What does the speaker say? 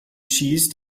cheese